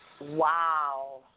Wow